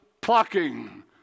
plucking